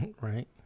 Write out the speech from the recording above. Right